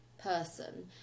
person